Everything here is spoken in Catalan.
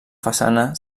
façana